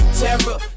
terror